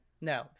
No